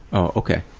oh, ok.